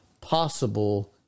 possible